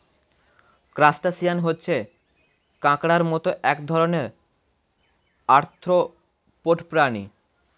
crustacean হচ্ছে কাঁকড়ার মত এক রকমের আর্থ্রোপড প্রাণী